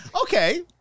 okay